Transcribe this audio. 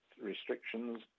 restrictions